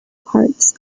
parts